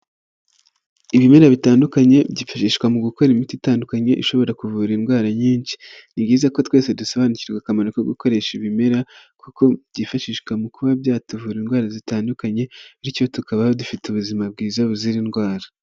Ibimera bitandukanye byifashishwa mu gukora imiti itandukanye ishobora kuvura indwara nyinshi. Ni byiza ko twese dusobanukirwa akamaro ko gukoresha ibimera, kuko byifashishwa mu kuba byatuvura indwara zitandukanye, bityo tukaba dufite ubuzima bwiza buzira indwara.